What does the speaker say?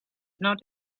not